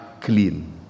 clean